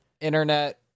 internet